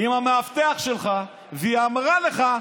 עם המאבטח שלך, והיא אמרה לך: